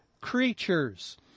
creatures